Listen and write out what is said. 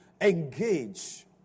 engage